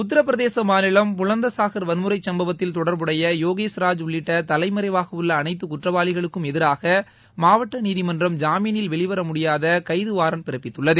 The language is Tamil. உத்தரபிரதேச மாநிலம் புலந்த்சாகர் வன்முறை சம்பவத்தில் தொடர்புடைய யோகேஷ்ராஜ் உள்ளிட்ட தலைமறைவாகவுள்ள அனைத்து குற்றவாளிகளுக்கும் எதிராக மாவட்ட நீதிமன்றம் ஜாமினில் வெளிவர முடியாத கைது வாரண்ட் பிறப்பித்துள்ளது